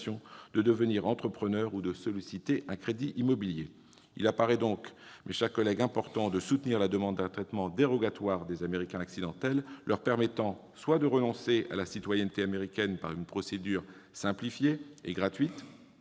de devenir entrepreneurs ou de solliciter un crédit immobilier. » Mes chers collègues, il apparaît important de soutenir la demande d'un traitement dérogatoire pour les « Américains accidentels » leur permettant soit de renoncer à la citoyenneté américaine par une procédure simple et gratuite,